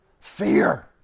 Fear